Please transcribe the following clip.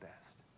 best